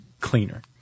cleaner